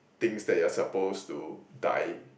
things that you are supposed to die